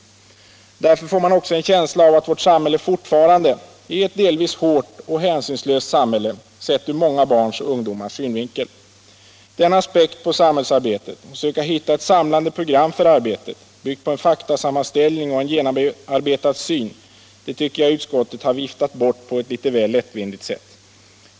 Därför får man också en känsla av att vårt samhälle fortfarande är ett delvis hårt och hänsynslöst samhälle sett ur många barns och ungdomars synvinkel. Denna aspekt på samhällsarbetet, att söka hitta ett samlande program för arbetet byggt på en faktasammanställning och en genomarbetad syn, tycker jag att utskottet har viftat bort på ett väl lättvindigt sätt.